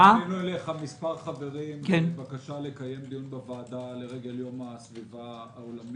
פנינו אליך מספר חברים בבקשה לקיים דיון בוועדה לרגל יום הסביבה העולמי.